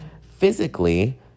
Physically